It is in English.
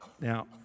Now